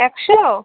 একশো